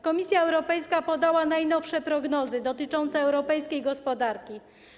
Komisja Europejska podała najnowsze prognozy dotyczące europejskiej gospodarki.